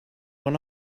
one